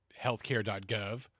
healthcare.gov